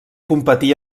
competí